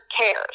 cares